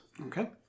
Okay